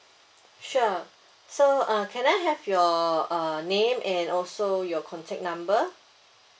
sure so uh can I have your uh name and also your contact number